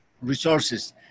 resources